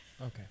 Okay